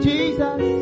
Jesus